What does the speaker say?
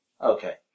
Okay